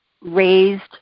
raised